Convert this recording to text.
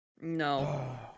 no